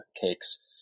cakes